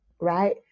right